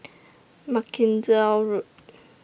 Mackenzie Road